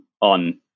on